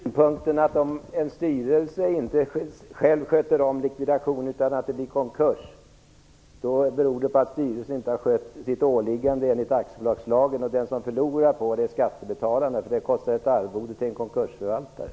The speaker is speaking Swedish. Herr talman! Bara en kort synpunkt: Om en styrelse inte själv sköter om likvidationen utan det blir konkurs, då har styrelsen inte skött sitt åliggande enligt aktiebolagslagen, och de som förlorar på det är skattebetalarna, eftersom det då skall betalas ett arvode till en konkursförvaltare.